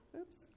oops